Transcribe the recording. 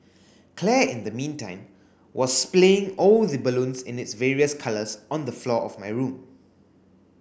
Claire in the meantime was splaying all the balloons in its various colours on the floor of my room